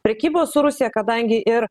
prekybos su rusija kadangi ir